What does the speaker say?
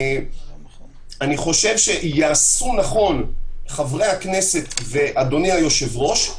אני חושב שיעשו נכון חברי הכנסת ואדוני היושב-ראש,